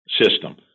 system